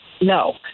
No